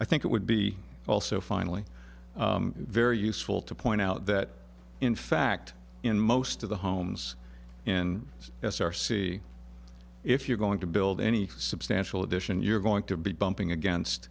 i think it would be also finally very useful to point out that in fact in most of the homes in the s r c if you're going to build any substantial addition you're going to be bumping against